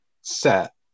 set